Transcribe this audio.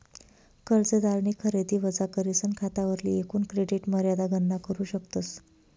कर्जदारनी खरेदी वजा करीसन खातावरली एकूण क्रेडिट मर्यादा गणना करू शकतस